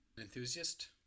Enthusiast